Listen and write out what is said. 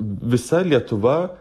visa lietuva